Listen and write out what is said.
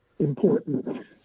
important